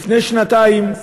לפני שנתיים,